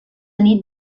nit